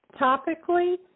topically